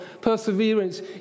perseverance